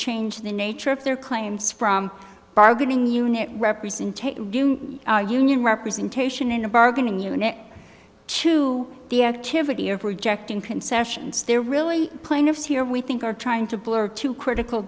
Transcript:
change the nature of their claims from bargaining unit representation our union representation in a bargaining unit to the activity ever ejecting concessions they're really plaintiffs here we think are trying to blur to critical